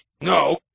No